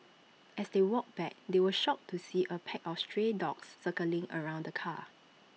as they walked back they were shocked to see A pack of stray dogs circling around the car